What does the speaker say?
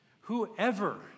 Whoever